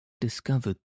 discovered